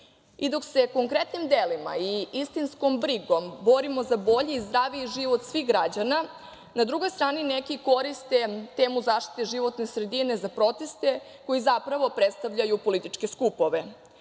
se konkretnim delima i istinskom brigom borimo za bolji i zdraviji život svih građana, na drugoj strani neki koriste temu zaštite životne sredine za proteste, koji zapravo predstavljaju političke skupove. Svakako